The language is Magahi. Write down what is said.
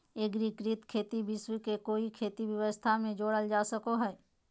एग्रिकृत खेती विश्व के कोई खेती व्यवस्था में जोड़ल जा सको हइ